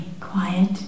quiet